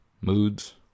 moods